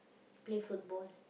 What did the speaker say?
play football